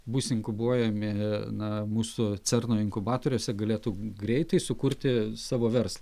bus inkubuojami na mūsų cerno inkubatoriuose galėtų greitai sukurti savo verslą